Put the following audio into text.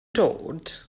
dod